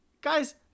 Guys